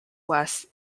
west